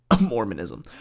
Mormonism